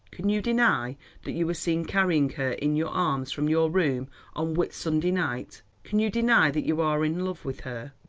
can you deny that you were seen carrying her in your arms from your room on whit-sunday night? can you deny that you are in love with her?